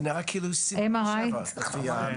זה נראה כאילו 24/7 לפי המספר.